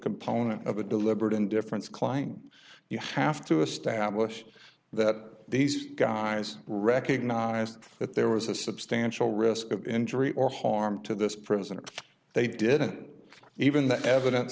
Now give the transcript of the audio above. component of a deliberate indifference client you have to establish that these guys recognized that there was a substantial risk of injury or harm to this president they did it even the evidence